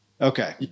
Okay